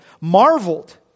marveled